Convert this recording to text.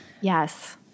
Yes